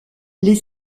les